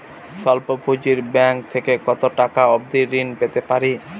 স্বল্প পুঁজির ব্যাংক থেকে কত টাকা অবধি ঋণ পেতে পারি?